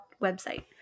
website